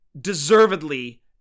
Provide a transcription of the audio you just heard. deservedly